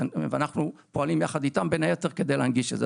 ואנחנו פועלים יחד איתם בין היתר כדי להנגיש את זה.